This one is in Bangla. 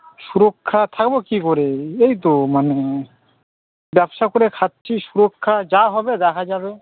সুরক্ষা থাকবো কী করে এই তো মানে ব্যবসা করে খাচ্ছি সুরক্ষা যা হবে দেখা যাবে